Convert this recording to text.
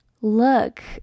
look